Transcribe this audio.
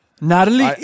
Natalie